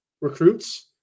recruits